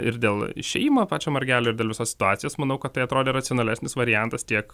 ir dėl išėjimo pačio margelio ir dėl visos situacijos manau kad tai atrodė racionalesnis variantas tiek